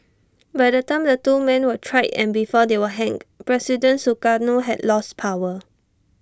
by the time the two man were tried and before they were hanged president Sukarno had lost power